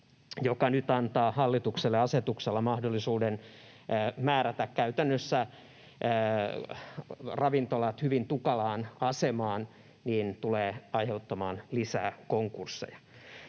joka nyt antaa hallitukselle asetuksella mahdollisuuden määrätä käytännössä ravintolat hyvin tukalaan asemaan, tulee aiheuttamaan lisää konkursseja.